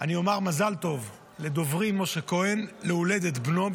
אני אומר מזל טוב לדוברי משה כהן על הולדת בנו.